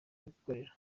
gukorera